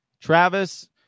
Travis